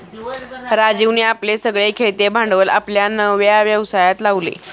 राजीवने आपले सगळे खेळते भांडवल आपल्या नव्या व्यवसायात लावले